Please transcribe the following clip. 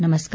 नमस्कार